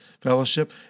fellowship